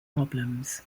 problems